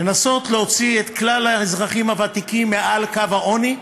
לנסות להוציא את כלל האזרחים הוותיקים מעל קו העוני,